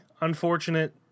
unfortunate